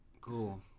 cool